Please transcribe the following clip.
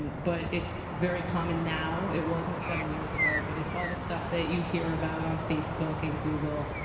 but it's very common now, it wasn't seven years ago. but it's all the stuff that you hear about on facebook and google,